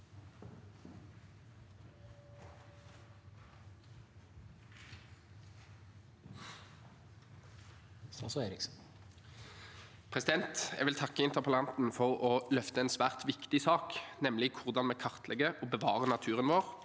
Jeg vil takke interpellanten for å løfte en svært viktig sak, nemlig hvordan vi kartlegger og bevarer naturen vår,